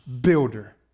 builder